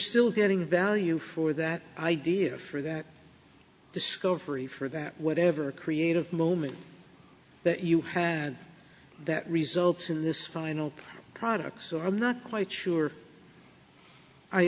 still getting value for that idea for that discovery for that whatever creative moment that you had that results in this final product so i'm not quite sure i